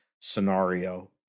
scenario